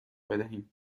بدهیم